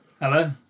Hello